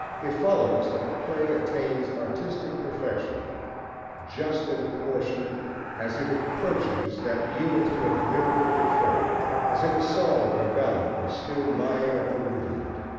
it follows that a play attains artistic perfection just in proportion as it approaches that unity of lyrical effect, as if a song or ballad were still lying at the root of it,